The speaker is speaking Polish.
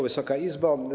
Wysoka Izbo!